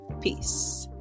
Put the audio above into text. peace